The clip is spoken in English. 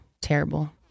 terrible